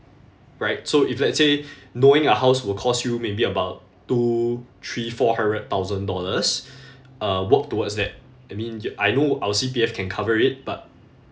right so if let's say knowing a house would cost you maybe about two three four hundred thousand dollars uh work towards that I mean ye~ I know our C_P_F can cover it but